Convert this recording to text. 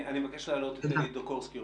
אני מבקש להעלות את אלי דוקורסקי,